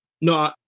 No